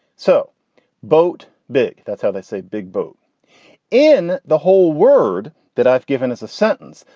so boat big that's how they say big boat in the whole word that i've given us a sentence.